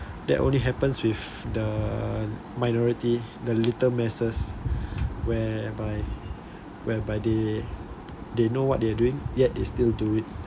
that only happens with the minority the little masses hereby whereby they they know what they're doing yet is still do it